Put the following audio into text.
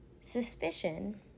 suspicion